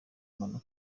impamvu